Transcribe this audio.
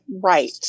right